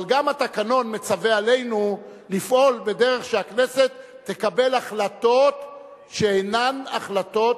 אבל גם התקנון מצווה עלינו לפעול בדרך שהכנסת תקבל החלטות שאינן החלטות,